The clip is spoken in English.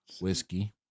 whiskey